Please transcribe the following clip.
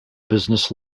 business